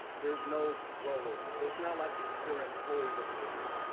there's no rollover. so it's not like they were employees of the district.